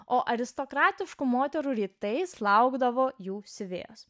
o aristokratiškų moterų rytais laukdavo jų siuvėjos